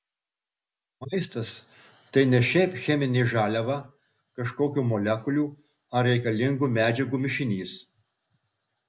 maistas tai ne šiaip cheminė žaliava kažkokių molekulių ar reikalingų medžiagų mišinys